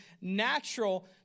natural